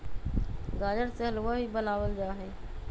गाजर से हलवा भी बनावल जाहई